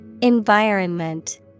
Environment